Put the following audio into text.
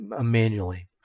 manually